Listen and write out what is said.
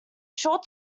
short